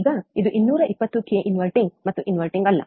ಈಗ ಇದು 220 ಕೆ ಇನ್ವರ್ಟಿಂಗ್ ಮತ್ತು ಇನ್ವರ್ಟಿಂಗ್ ಅಲ್ಲ